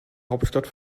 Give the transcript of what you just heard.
hauptstadt